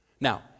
Now